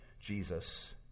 Jesus